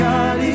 God